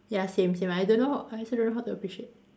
ya same same I don't know I also don't know how to appreciate